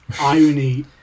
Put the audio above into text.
irony